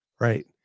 right